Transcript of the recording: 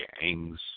gangs